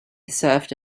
served